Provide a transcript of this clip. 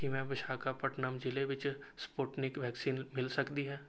ਕੀ ma'am Visakhapatnam ਜ਼ਿਲ੍ਹੇ ਵਿੱਚ Sputnik vaccine ਮਿਲ ਸਕਦੀ ਹੈ